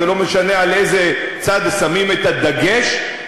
ולא משנה באיזה צד שמים את הדגש,